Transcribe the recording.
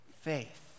faith